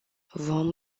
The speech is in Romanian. vom